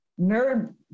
nerd